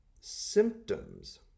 symptoms